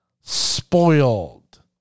spoiled